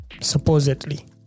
supposedly